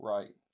Right